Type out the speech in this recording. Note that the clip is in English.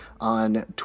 on